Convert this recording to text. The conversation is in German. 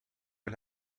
bei